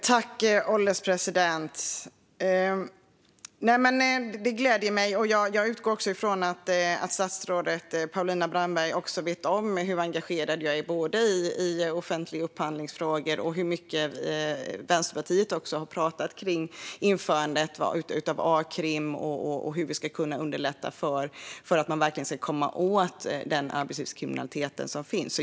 Herr ålderspresident! Det gläder mig att höra. Jag utgår också från att statsrådet Paulina Brandberg vet hur engagerad jag är i frågor om offentlig upphandling och hur mycket Vänsterpartiet har pratat om införandet av Akrim och hur vi ska kunna underlätta så att man verkligen kan komma åt den arbetslivskriminalitet som finns.